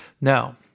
Now